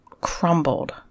crumbled